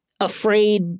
Afraid